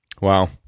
wow